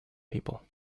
people